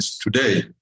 today